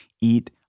eat